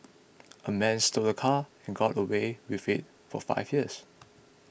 a man stole a car and got away with it for five years